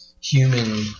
human